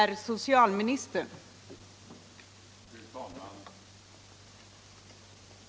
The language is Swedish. ket narkotikamissbruket